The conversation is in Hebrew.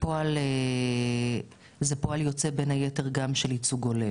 זה פועל יוצא בין היתר גם של ייצוג הולם.